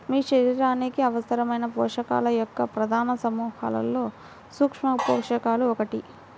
మీ శరీరానికి అవసరమైన పోషకాల యొక్క ప్రధాన సమూహాలలో సూక్ష్మపోషకాలు ఒకటి